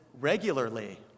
regularly